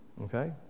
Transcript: Okay